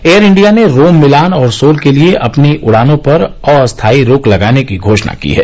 air India ने Rome Milan और Seoul के लिए अपनी उडानों पर अस्थायी रोक लगाने की घोषणा की है